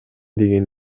деген